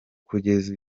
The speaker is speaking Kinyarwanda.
kugeza